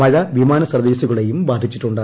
മഴ വിമാന സർവ്വീസുകളേയും ബാധിച്ചിട്ടുണ്ട്